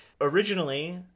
originally